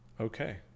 Okay